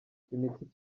imitsi